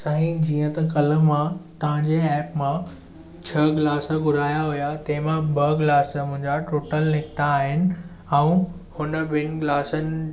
साईं जीअं त कल्ह मां तव्हांजे ऐप मां छह गिलास घुराया हुआ तंहिंमां ॿ गिलास मुंहिंजा टुटल निकिता आहिनि ऐं हुन ॿिनि गिलासनि